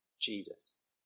Jesus